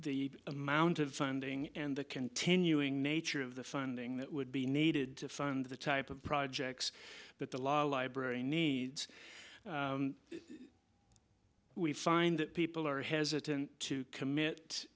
the amount of funding and the continuing nature of the funding that would be needed to fund the type of projects that the law library needs we find that people are hesitant to commit